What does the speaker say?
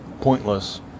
pointless